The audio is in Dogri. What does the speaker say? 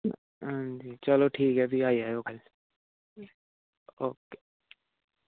हां जी चलो ठीक ऐ भी आई जाएओ कल ओके